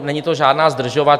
Není to žádná zdržovačka.